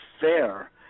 fair